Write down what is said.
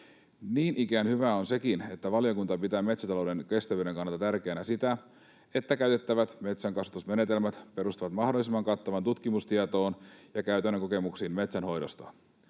Niin ikään hyvää on sekin, että valiokunta pitää metsätalouden kestävyyden kannalta tärkeänä sitä, että käytettävät metsänkasvatusmenetelmät perustuvat mahdollisimman kattavaan tutkimustietoon ja käytännön kokemuksiin metsänhoidosta.